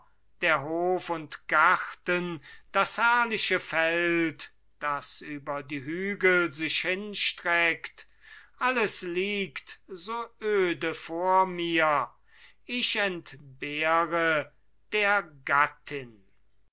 der hof und garten das herrliche feld das über die hügel sich hinstreckt alles liegt so öde vor mir ich entbehre der gattin